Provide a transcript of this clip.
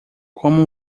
como